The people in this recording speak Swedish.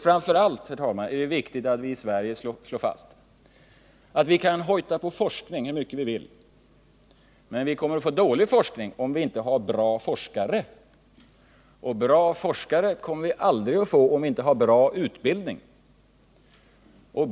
Framför allt, herr talman, är det viktigt att vi i Sverige slår fast att vi kan hojta på forskning hur mycket vi vill, men vi kommer att få dålig forskning om vi inte har bra forskare, och bra forskare kommer vi aldrig att få om vi inte har bra utbildning.